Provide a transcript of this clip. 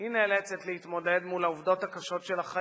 היא נאלצת להתמודד עם העובדות הקשות של החיים,